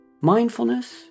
Mindfulness